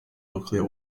nuclear